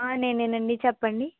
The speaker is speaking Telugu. నేనే అండి చెప్పండి